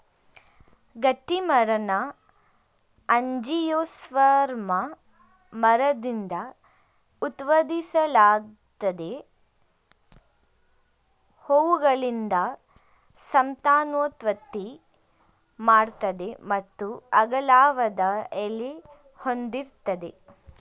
ಗಟ್ಟಿಮರನ angiosperm ಮರದಿಂದ ಉತ್ಪಾದಿಸಲಾಗ್ತದೆ ಹೂವುಗಳಿಂದ ಸಂತಾನೋತ್ಪತ್ತಿ ಮಾಡ್ತದೆ ಮತ್ತು ಅಗಲವಾದ ಎಲೆ ಹೊಂದಿರ್ತದೆ